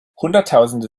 hunderttausende